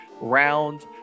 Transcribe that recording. Round